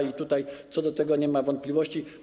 I tutaj co do tego nie ma wątpliwości.